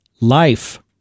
life